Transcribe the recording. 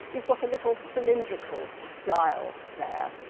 you've got a little cylindrical dial there,